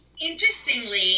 Interestingly